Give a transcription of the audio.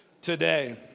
today